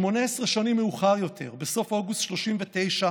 18 שנים מאוחר יותר, בסוף אוגוסט 1939,